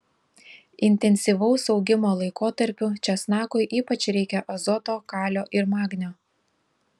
intensyvaus augimo laikotarpiu česnakui ypač reikia azoto kalio ir magnio